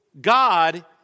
God